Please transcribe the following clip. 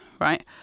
right